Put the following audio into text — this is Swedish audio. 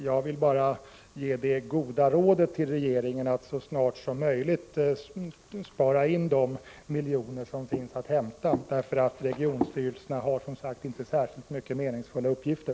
Jag vill bara ge regeringen det goda rådet att så snart som möjligt spara in de miljoner som finns att hämta här, eftersom regionstyrelserna som sagt inte har särskilt meningsfulla uppgifter.